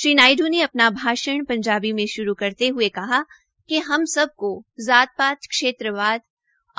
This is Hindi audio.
श्री नायडू ने अपना भाषण पंजाबी में श्रू करते हये कहा कि हम सबको जात पात क्षेत्रवाद